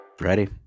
Ready